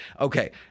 okay